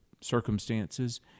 circumstances